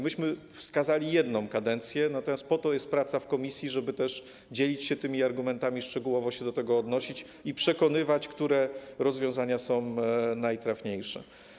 Myśmy wskazali jedną kadencję, natomiast po to jest praca w komisji, żeby dzielić się argumentami, szczegółowo się do tego odnosić i przekonywać, które rozwiązania są najtrafniejsze.